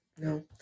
no